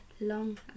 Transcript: long